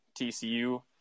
TCU